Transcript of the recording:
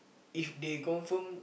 if they confirm